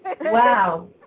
Wow